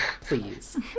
please